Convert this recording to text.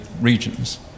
regions